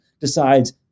decides